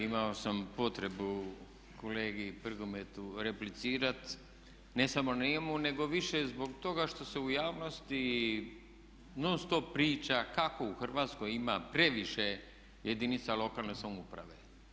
Imao sam potrebu kolegi Prgometu replicirati, ne samo njemu nego više zbog toga što se u javnosti non stop priča kako u Hrvatskoj ima previše jedinica lokalne samouprave.